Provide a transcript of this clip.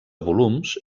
volums